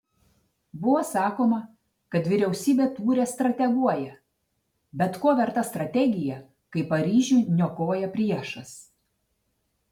buvo sakoma kad vyriausybė tūre strateguoja bet ko verta strategija kai paryžių niokoja priešas